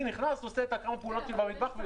אני נכנס, עושה כמה פעולות במטבח ויוצא.